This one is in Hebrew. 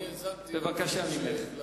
בבקשה ממך.